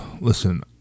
listen